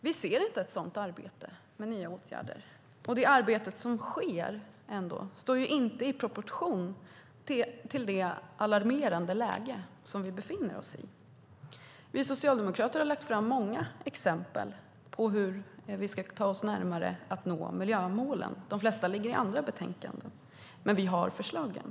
Vi ser inget arbete med nya åtgärder, och det arbete som sker står inte i proportion till det alarmerande läge vi befinner oss i. Vi socialdemokrater har lagt fram många förslag på hur vi ska ta oss närmare och nå miljömålen. De flesta ligger i andra betänkanden, men vi har förslagen.